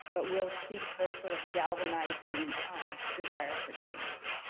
but we'll see the sort of galvanizing desire for change.